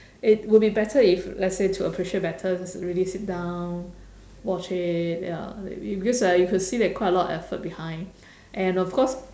it would be better if let's say to appreciate better just really sit down watch it ya because ah you could see they quite a lot of effort behind and of course